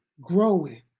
growing